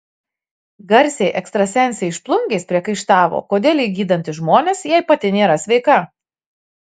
garsiai ekstrasensei iš plungės priekaištavo kodėl ji gydanti žmonės jei pati nėra sveika